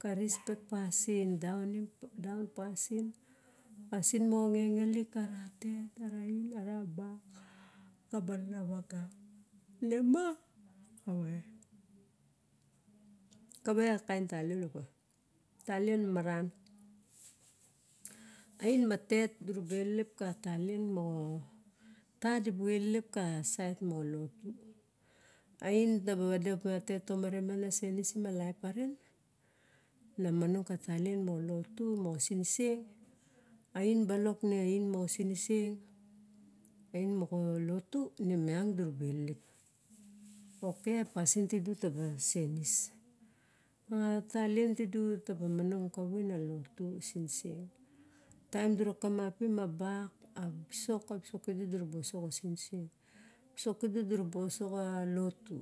Ka respect pasin, daun daunim pasin, pasin moxa ngengelik kara tet, ara an, ara barok ka balane vaga kavae akain talien epa, talen maran. ain ma tet dura ba elelep ka talien moxa, ta dibu elelep ka saet moxa lotu. Oin taba vade apa a tet tomare miang na senisim a laeparen, ha monong ka tallen moxa lotu, moxa siniseng, are balak meng dagaba elelep. Ok, a pasin tielu taba senis. A talien taba monong. Karuin a lotu, a siniseng taem dura kamapim a bak, a visok kielu diraba bosoxa a lotu.